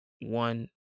one